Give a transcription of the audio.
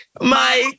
Mike